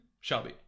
Shelby